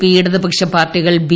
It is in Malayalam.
പി ഇടതുപക്ഷ പാർട്ടികൾ ബി